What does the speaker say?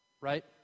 right